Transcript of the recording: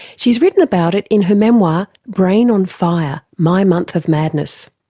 she's written about it in her memoir brain on fire my month of madness.